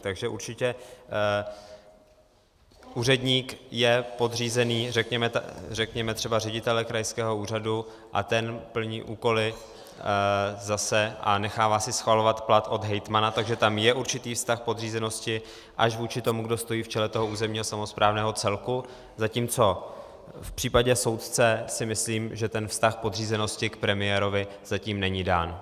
Takže určitě úředník je podřízený řekněme třeba řediteli krajského úřadu a ten plní úkoly a nechává si schvalovat plat od hejtmana, takže tam je určitý vztah podřízenosti až vůči tomu, kdo stojí v čele územně samosprávného celku, zatímco v případě soudce si myslím, že ten vztah podřízenosti k premiérovi zatím není dán.